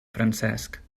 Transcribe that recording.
francesc